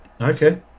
Okay